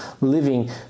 living